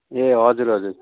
ए हजुर हजुर